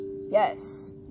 yes